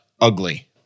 ugly